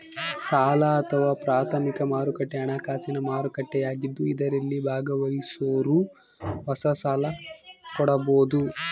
ಸಾಲ ಅಥವಾ ಪ್ರಾಥಮಿಕ ಮಾರುಕಟ್ಟೆ ಹಣಕಾಸಿನ ಮಾರುಕಟ್ಟೆಯಾಗಿದ್ದು ಇದರಲ್ಲಿ ಭಾಗವಹಿಸೋರು ಹೊಸ ಸಾಲ ಕೊಡಬೋದು